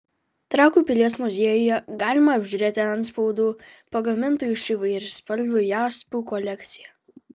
trakų pilies muziejuje galime apžiūrėti antspaudų pagamintų iš įvairiaspalvių jaspių kolekciją